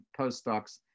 postdocs